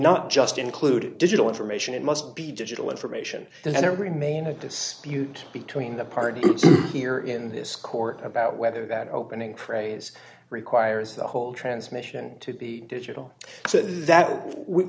not just include digital information it must be digital information and there remain a dispute between the parties here in this court about whether that opening craze requires the whole transmission to be digital so that we